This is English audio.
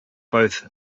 both